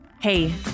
Hey